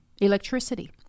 electricity